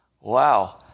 Wow